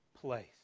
place